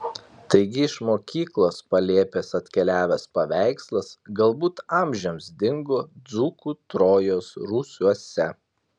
taigi iš mokyklos palėpės atkeliavęs paveikslas galbūt amžiams dingo dzūkų trojos rūsiuose